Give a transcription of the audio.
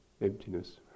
emptiness